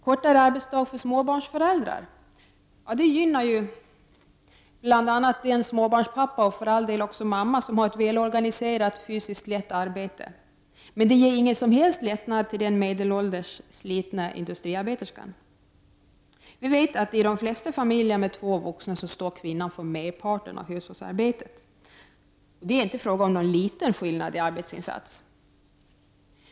Kortare arbetsdag för småbarnsföräldrar gynnar bl.a. den småbarnspappa, för all del även småbarnsmamma, som har ett väl organiserat, fysiskt lätt arbete, men den ger ingen lättnad till den medelålders nedslitna industriarbeterskan. Vi vet att i de flesta familjer med två vuxna står kvinnan för merparten av hushållsarbetet. Det är inte bara fråga om någon liten skillnad i arbetsinsats.